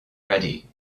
ready